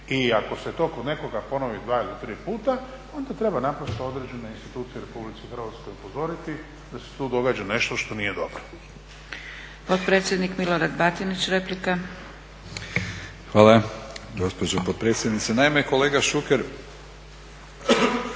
I ako se to kod nekoga ponovi dva ili tri puta onda treba naprosto određene institucije u Republici Hrvatskoj upozoriti da se tu događa nešto što nije dobro.